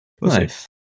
Nice